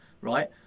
right